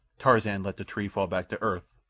tarzan let the tree fall back to earth,